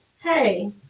hey